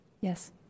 Yes